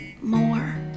more